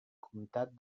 comtat